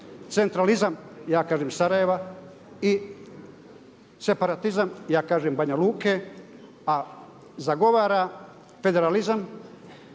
centralizam ja kažem Sarajeva i separatizam ja kažem Banja Luke, a zagovara federalizam,